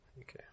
Okay